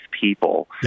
people